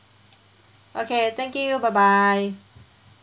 okay thank you bye bye